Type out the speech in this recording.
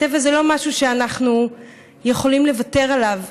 טבע זה לא משהו שאנחנו יכולים לוותר עליו.